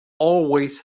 always